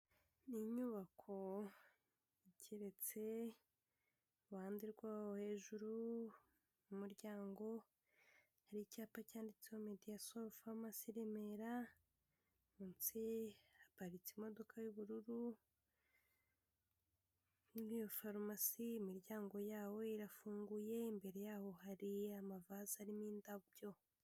Ni inyubako igeretse ihande rwa hejuru mu muryango hari icyapa cyanditseho mediasol pharmacy Remera munsi haparitse imodoka y'ubururu kuri iyo farumasi imiryango yabo irafunguye imbere yaho hari amavaze rimo indabyo.